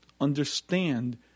understand